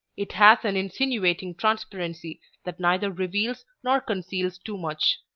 it has an insinuating transparency that neither reveals nor conceals too much.